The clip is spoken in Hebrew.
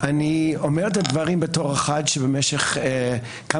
אני אומר את הדברים בתור אחד שבמשך כמה